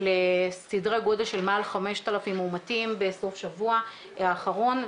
לסדרי גודל של מעל 5,000 מאומתים בסוף שבוע האחרון,